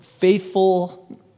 Faithful